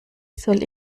soll